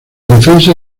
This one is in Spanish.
defensa